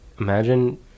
imagine